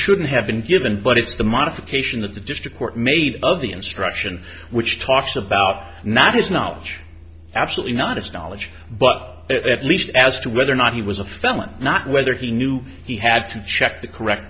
shouldn't have been given but it's the modification of the district court made of the instruction which talks about not his knowledge absolutely not astrology but at least as to whether or not he was a felon not whether he knew he had to check the correct